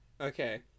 Okay